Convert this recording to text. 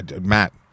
Matt